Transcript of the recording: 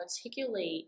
articulate